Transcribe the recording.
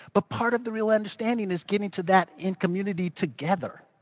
but part of the real understanding is getting to that in community together.